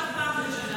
רק פעם בשנה.